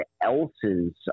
else's